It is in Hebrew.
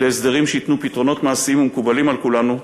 להסדרים שייתנו פתרונות מעשיים ומקובלים על כולנו,